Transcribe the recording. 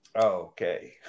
Okay